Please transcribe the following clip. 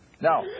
Now